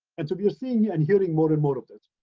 and so we are seeing and hearing more and more of it.